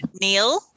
Neil